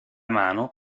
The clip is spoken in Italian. mano